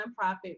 nonprofit